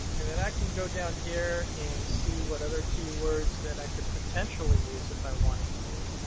and then i can go down here and see what other keywords that i could potentially use if i wanted to.